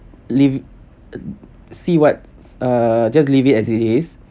leave see what uh just leave it as it is